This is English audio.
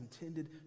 intended